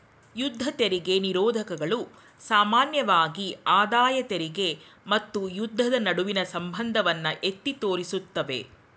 ಯುದ್ಧ ತೆರಿಗೆ ನಿರೋಧಕಗಳು ಸಾಮಾನ್ಯವಾಗಿ ಆದಾಯ ತೆರಿಗೆ ಮತ್ತು ಯುದ್ಧದ ನಡುವಿನ ಸಂಬಂಧವನ್ನ ಎತ್ತಿ ತೋರಿಸುತ್ತವೆ